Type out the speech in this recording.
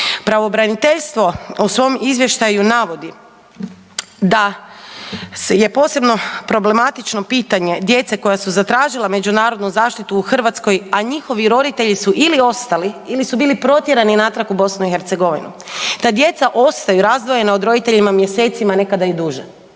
Pravobraniteljstvo u svom izvještaju navodi da je posebno problematično pitanje djece koja su zatražila međunarodnu zaštitu u Hrvatskoj, a njihovi roditelji su ili ostali ili su bili protjerani natrag u BiH. Ta djeca ostaju razdvojena od roditelja mjesecima, nekada i duže